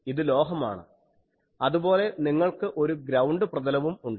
ഇത് ലോഹമാണ് അതുപോലെ നിങ്ങൾക്ക് ഒരു ഗ്രൌണ്ട് പ്രതലവും ഉണ്ട്